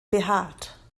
behaart